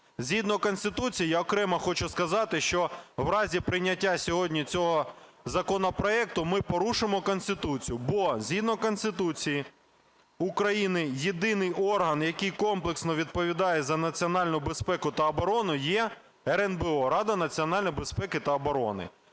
Згідно Конституції… Я окремо хочу сказати, що в разі прийняття сьогодні цього законопроекту ми порушимо Конституцію, бо згідно Конституції України єдиний орган, який комплексно відповідає за національну безпеку та оборону, є РНБО - Рада національної безпеки та оборони.